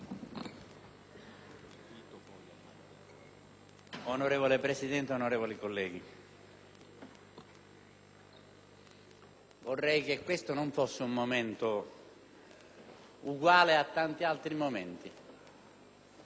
Onorevole Presidente, onorevoli colleghi, vorrei che questo non fosse un momento uguale a tanti altri e